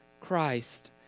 Christ